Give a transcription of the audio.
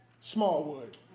Smallwood